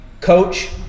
coach